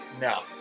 No